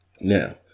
Now